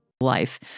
Life